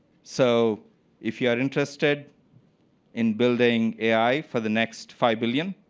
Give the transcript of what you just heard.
so if you are interested in building ai for the next five billion,